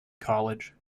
college